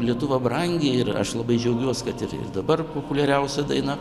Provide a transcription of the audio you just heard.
lietuva brangi ir aš labai džiaugiuos kad ir dabar populiariausia daina